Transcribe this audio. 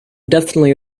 definitely